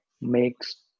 makes